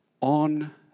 on